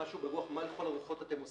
"מה לכל הרוחות אתם עושים?"